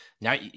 Now